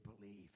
believe